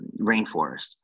rainforest